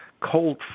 cold